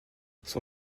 son